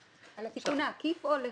על התיקון העקיף או לחוקק?